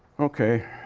okay.